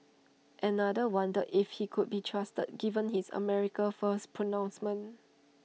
another wondered if he could be trusted given his America First pronouncements